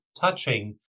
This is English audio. touching